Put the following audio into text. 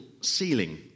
ceiling